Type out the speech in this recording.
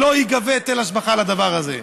שלא ייגבה היטל השבחה על הדבר הזה,